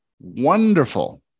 Wonderful